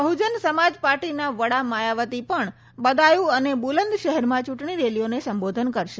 બહુજન સમાજ પાર્ટીના વડા માયાવતી પણ બદાયુ અને બુલંદ શહેરમાં ચુંટણી રેલીઓને સંબોધન કરશે